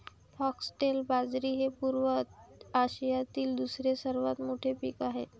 foxtail बाजरी हे पूर्व आशियातील दुसरे सर्वात मोठे पीक आहे